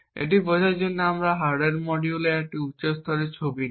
এটি বোঝার জন্য আমরা একটি হার্ডওয়্যার মডিউলের একটি উচ্চ স্তরের ছবি নিই